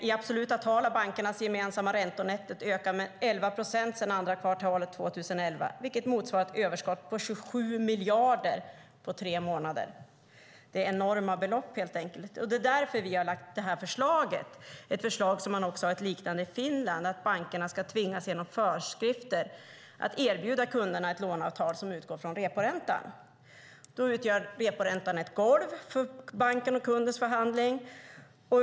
I absoluta tal har bankernas gemensamma räntenetto ökat med 11 procent sedan andra kvartalet 2011, vilket motsvarar ett överskott på 27 miljarder på tre månader. Det är enorma belopp helt enkelt. Det är därför vi har lagt fram förslaget - man har ett liknande i Finland - att bankerna genom föreskrifter ska tvingas erbjuda kunderna ett låneavtal som utgår från reporäntan. Då utgör reporäntan ett golv för bankens och kundens förhandling.